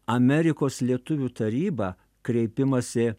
amerikos lietuvių taryba kreipimąsi